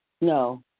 No